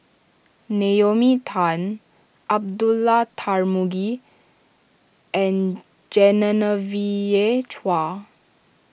Naomi Tan Abdullah Tarmugi and Genevieve Chua